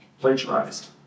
Plagiarized